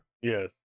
Yes